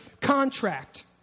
contract